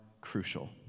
crucial